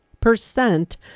percent